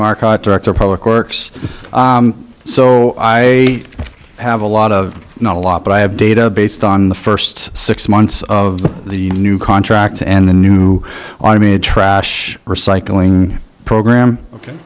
market director of public works so i have a lot of not a lot but i have data based on the first six months of the new contract and the new army trash recycling program ok